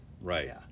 Right